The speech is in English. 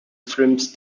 films